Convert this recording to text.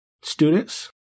students